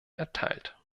erteilt